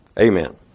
Amen